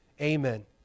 Amen